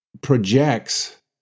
projects